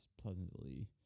pleasantly